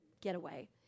getaway